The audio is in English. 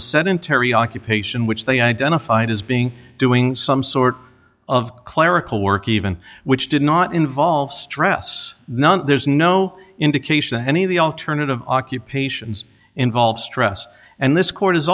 a sedentary occupation which they identified as being doing some sort of clerical work even which did not involve stress none there's no indication that any of the alternative occupations involve stress and this court